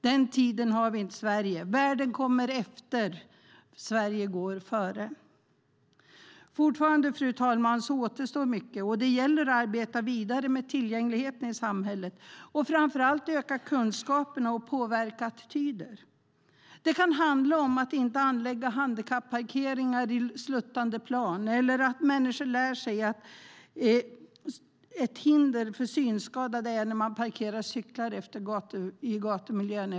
Den tiden har vi passerat i Sverige. Världen kommer efter och Sverige går före. Fortfarande, fru talman, återstår mycket. Det gäller att arbeta vidare med tillgängligheten i samhället, framför allt att öka kunskapen och påverka attityder. Det kan handla om att inte anlägga en handikapparkering i sluttande plan eller att människor lär sig att ett hinder för synskadade är när man parkerar cyklar utmed väggar i gatumiljön.